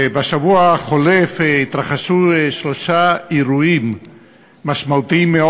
בשבוע החולף התרחשו שלושה אירועים משמעותיים מאוד,